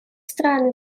страны